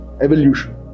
evolution